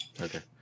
Okay